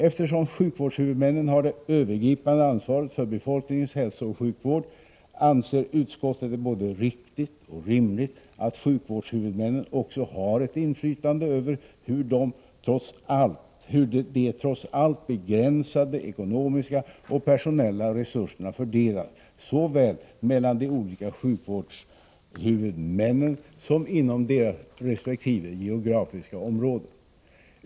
Eftersom sjukvårdshuvudmännen har det övergripande ansvaret för befolkningens hälsooch sjukvård, anser utskottet det både riktigt och rimligt att sjukvårdshuvudmännen också har ett inflytande över hur de trots allt begränsade ekonomiska och personella resurserna fördelas, såväl mellan de olika sjukvårdshuvudmännen som inom deras resp. geografiska områden.